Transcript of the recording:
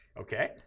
Okay